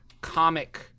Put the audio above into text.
comic